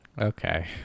Okay